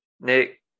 Nick